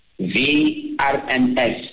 VRMS